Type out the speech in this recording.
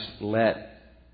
let